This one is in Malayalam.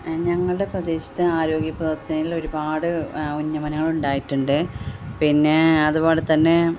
ഞങ്ങളുടെ പ്രദേശത്ത് ആരോഗ്യ പ്രവർത്തനത്തിൽ ഒരുപാട് ഉന്നമനങ്ങളുണ്ടായിട്ടുണ്ട് പിന്നെ അത് പോലെ തന്നെ